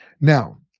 Now